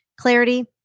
clarity